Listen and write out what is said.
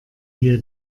hier